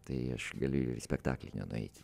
tai aš galiu į spektaklį nenueiti